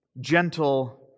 Gentle